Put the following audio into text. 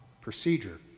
procedure